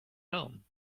home